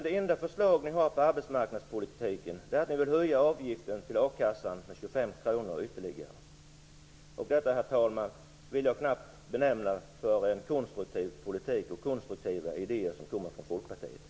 Det enda förslag ni har när det gäller arbetsmarknadspolitiken är att ni vill höja avgiften till a-kassan med ytterligare 25 kr. Detta, herr talman, vill jag knappast benämna konstruktiv politik eller konstruktiva idéer från Folkpartiet.